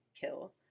kill